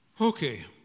okay